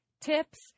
tips